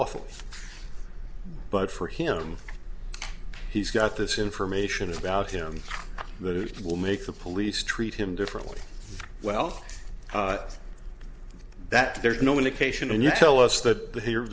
lawful but for him he's got this information about him that it will make the police treat him differently well that there's no indication and you tell us that the he